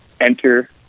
enter